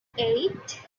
eight